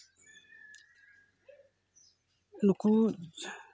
ᱱᱩᱠᱩ